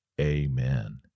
Amen